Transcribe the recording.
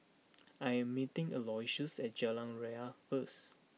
I am meeting Aloysius at Jalan Ria first